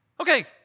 Okay